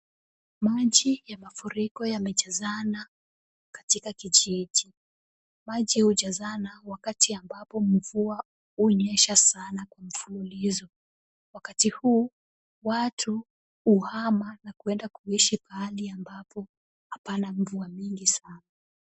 Maji ya mafuriko yamejazana katika kijiji, maji hujazana wakati ambapo mvua hunyesha sana kwa mfululizo wakati huu, watu huhama na kwenda kuishi pahali ambapo hapana mvua nyingi sana.